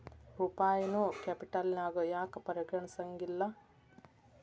ರೂಪಾಯಿನೂ ಕ್ಯಾಪಿಟಲ್ನ್ಯಾಗ್ ಯಾಕ್ ಪರಿಗಣಿಸೆಂಗಿಲ್ಲಾ?